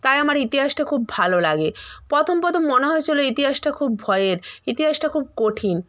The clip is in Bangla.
তাই আমার ইতিহাসটা খুব ভালো লাগে প্রথম প্রথম মনে হয়েছিলো ইতিহাসটা খুব ভয়ের ইতিহাসটা খুব কঠিন